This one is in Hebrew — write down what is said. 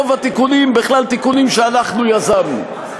רוב התיקונים הם בכלל תיקונים שאנחנו יזמנו,